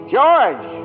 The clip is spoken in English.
George